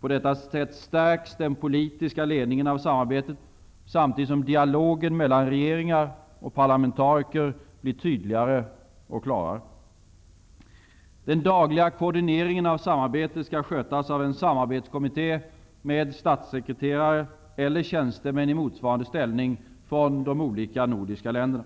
På detta sätt stärks den politiska ledningen av samarbetet, samtidigt som dialogen mellan regeringar och parlamentariker blir tydligare och klarare. Den dagliga koordineringen av samarbetet skall skötas av en samarbetskommitté med statssekreterare eller tjänstemän i motsvarande ställning från de olika nordiska länderna.